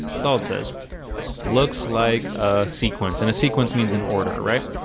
it's all it says looks like a sequence and a sequence means in order, right?